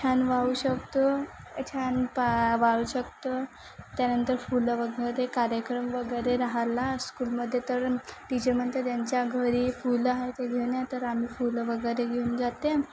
छान वाहू शकतो छान पा वाहू शकतो त्यानंतर फुलं वगैरे कार्यक्रम वगैरे राहिला स्कूलमध्ये तर टीचर म्हणते त्यांच्या घरी फुलं आहे ते घेऊन या तर आम्ही फुलं वगैरे घेऊन जाते